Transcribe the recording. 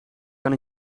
kan